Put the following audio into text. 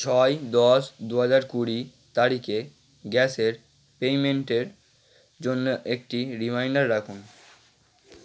ছয় দশ দু হাজার কুড়ি তারিখে গ্যাসের পেইমেন্টের জন্য একটি রিমাইন্ডার রাখুন